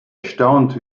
erstaunt